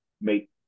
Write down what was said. make